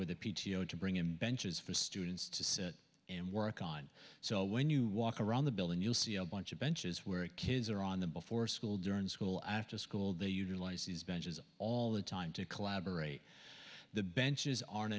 with the p t o to bring him benches for students to sit and work on so when you walk around the building you'll see a bunch of benches where kids are on the before school during school after school they utilize these benches all the time to collaborate the benches aren't